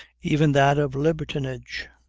even that of libertinage,